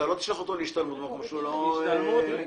אתה לא תשלח אותו להשתלמויות במקום שהוא לא מכיר בו.